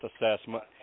assessment